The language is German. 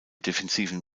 defensiven